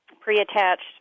pre-attached